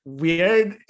weird